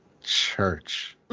Church